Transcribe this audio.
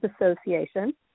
Association